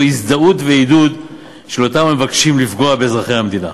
הזדהות ועידוד של אותם המבקשים לפגוע באזרחי המדינה?